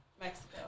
Mexico